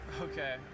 Okay